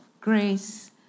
grace